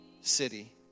City